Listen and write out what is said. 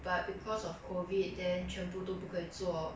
but because of COVID then 全部都不可以做